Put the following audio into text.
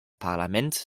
parlament